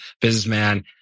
businessman